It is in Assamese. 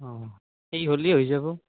অঁ সেই হ'লিয়ে হৈ যাব